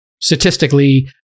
statistically